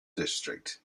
district